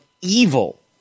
evil